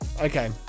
okay